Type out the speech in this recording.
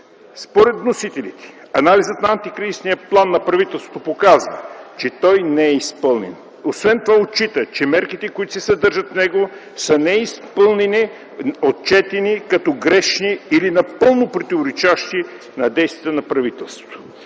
Според вносителите анализът на Антикризисния план на правителството показва, че той не е изпълнен. Освен това отчита, че мерките, които се съдържат в него, са неизпълнени, отчетени като грешни или напълно противоречащи на действията на правителството.